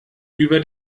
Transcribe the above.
über